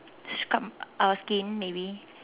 scrub our skin maybe